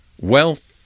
Wealth